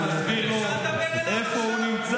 אני רק מסביר לו איפה הוא נמצא.